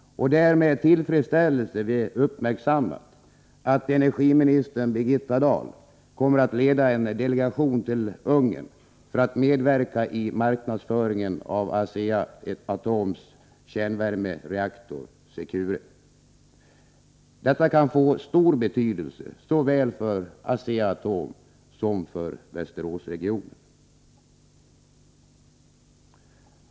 Det är med tillfredsställelse vi uppmärksammar att energiminister Birgitta Dahi kommer att leda en delegation till Ungern för att medverka i marknadsföringen av Asea-Atoms kärnvärmereaktor Secure. Detta kan få stor betydelse såväl för Asea-Atom som för Västeråsregionen.